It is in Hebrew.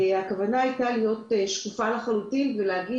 הכוונה שלי הייתה להיות שקופה לחלוטין ולהגיד